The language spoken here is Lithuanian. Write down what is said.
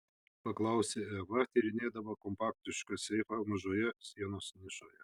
paklausė eva tyrinėdama kompaktišką seifą mažoje sienos nišoje